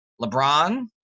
LeBron